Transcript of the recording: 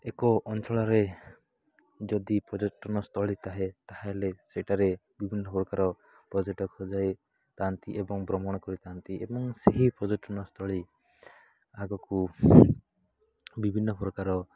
ଏକ ଅଞ୍ଚଳରେ ଯଦି ପର୍ଯ୍ୟଟନସ୍ଥଳୀ ଥାଏ ତା'ହେଲେ ସେଠାରେ ବିଭିନ୍ନପ୍ରକାର ପର୍ଯ୍ୟଟକ ଯାଇଥାନ୍ତି ଏବଂ ଭ୍ରମଣ କରିଥାନ୍ତି ଏବଂ ସେହି ପର୍ଯ୍ୟଟନସ୍ଥଳୀ ଆଗକୁ ବିଭିନ୍ନପ୍ରକାର